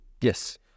Yes